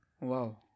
Wow